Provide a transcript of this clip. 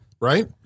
right